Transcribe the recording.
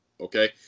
okay